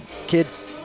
kids